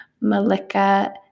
Malika